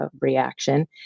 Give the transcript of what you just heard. reaction